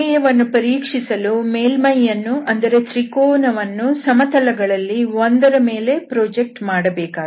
ಪ್ರಮೇಯವನ್ನು ಪರೀಕ್ಷಿಸಲು ಮೇಲ್ಮೈಯನ್ನು ಅಂದರೆ ತ್ರಿಕೋನವನ್ನು ಸಮತಲಗಳಲ್ಲಿ ಒಂದರ ಮೇಲೆ ಪ್ರೊಜೆಕ್ಟ್ ಮಾಡಬೇಕಾಗಿದೆ